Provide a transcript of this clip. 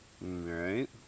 Right